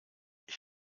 ich